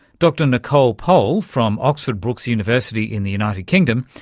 dr nicole pohl from oxford brookes university in the united kingdom,